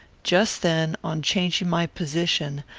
just then, on changing my position,